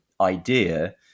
idea